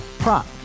Prop